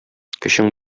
көчең